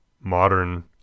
Modern